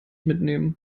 mitnehmen